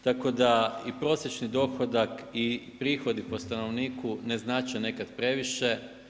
Tako da i prosječni dohodak i prihodi po stanovniku ne znače nekad previše.